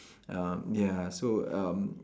um ya so um